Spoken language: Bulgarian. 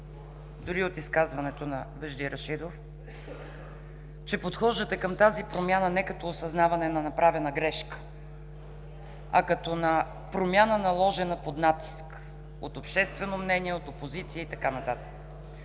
дори от изказването на Вежди Рашидов, че подхождате към тази промяна не като осъзнаване на направена грешка, а като на промяна, наложена под натиск от обществено мнение, от опозиция и така нататък.